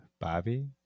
Bobby